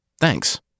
thanks